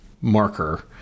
marker